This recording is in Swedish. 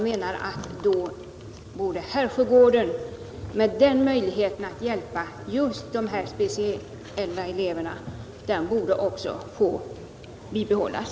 Med hänsyn till den möjlighet att hjälpa just dessa speciella elever som skolan har borde den också få bibehållas.